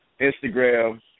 Instagram